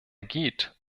geht